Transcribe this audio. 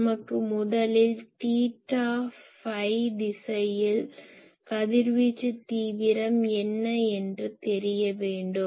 நமக்கு முதலில் theta phi திசையில் கதிர்வீச்சு தீவிரம் என்ன என்று தெரிய வேண்டும்